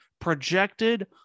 projected